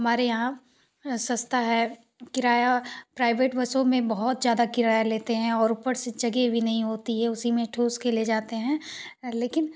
हमारे यहाँ सस्ता है किराया प्राइवेट बसों में बहुत ज़्यादा किराया लेते है और उपर से जगह भी नहीं होती है उसी में ठूँस कर ले जाते हैं लेकिन